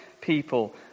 people